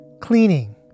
cleaning